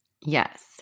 Yes